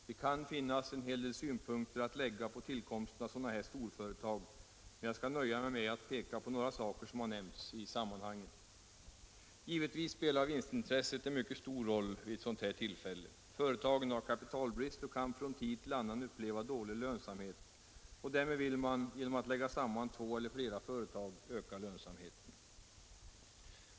Det kan finnas en hel del synpunkter att lägga på tillkomsten av sådana här storföretag, men jag skall nöja mig med att peka på några saker som har nämnts i sammanhanget. Givetvis spelar vinstintresset en mycket stor roll vid ett sådant här tillfälle. Företagen har kapitalbrist och kan från tid till annan uppleva dålig lönsamhet, och därför vill man genom att lägga samman två eller flera företag öka lönsamheten.